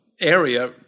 area